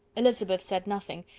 elizabeth said nothing,